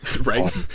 Right